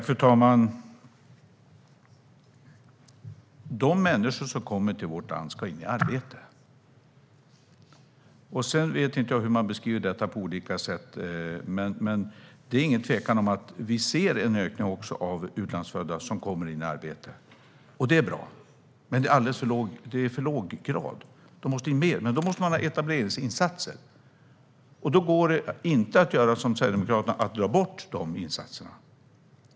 Fru talman! De människor som kommer till vårt land ska in i arbete. Sedan vet jag inte hur man beskriver detta på olika sätt. Det är dock ingen tvekan om att vi ser en ökning också av antalet utlandsfödda som kommer in i arbete, och det är bra, men det sker i alldeles för låg grad. Fler måste in, men då måste man ha etableringsinsatser. Då går det inte att göra som Sverigedemokraterna vill och ta bort de insatserna.